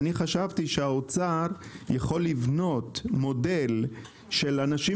אני חשבתי שהאוצר יכול לבנות מודל של אנשים